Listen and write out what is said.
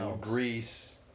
Greece